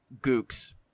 gooks